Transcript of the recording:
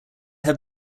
had